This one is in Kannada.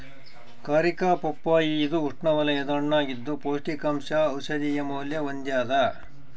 ಕಾರಿಕಾ ಪಪ್ಪಾಯಿ ಇದು ಉಷ್ಣವಲಯದ ಹಣ್ಣಾಗಿದ್ದು ಪೌಷ್ಟಿಕಾಂಶ ಔಷಧೀಯ ಮೌಲ್ಯ ಹೊಂದ್ಯಾದ